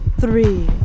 three